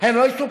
הם לא סופחו?